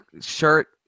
shirt